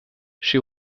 she